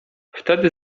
wtedy